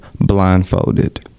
blindfolded